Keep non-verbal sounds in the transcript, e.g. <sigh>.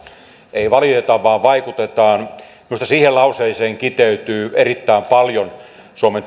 ei valiteta vaan vaikutetaan minusta siihen lauseeseen kiteytyy erittäin paljon suomen <unintelligible>